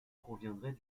proviendrait